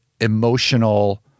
emotional